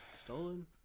Stolen